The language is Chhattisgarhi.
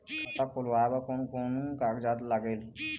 खाता खुलवाय बर कोन कोन कागजात लागेल?